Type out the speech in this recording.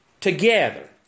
together